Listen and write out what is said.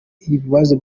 ibibazo